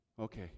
Okay